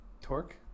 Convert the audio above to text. torque